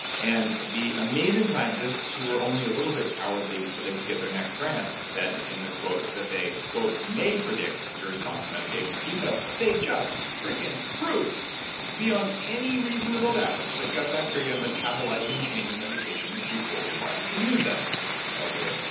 and the amazing scientists who are only a little bit cowardly so they could get their next grant, said in the quote that they, may predict your response to medications. even though they just freaking proved beyond any reasonable doubt that gut bacteria metabolize and change medications before your body can use them however,